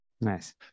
Nice